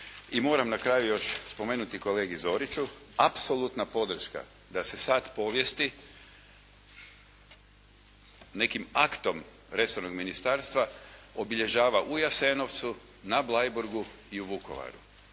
I moram na kraju još spomenuti kolegi Zoriću. Apsolutna podrška da se sada povijesti nekim aktom resornog ministarstva obilježava u Jasenovcu, na Bleiburgu i u Vukovaru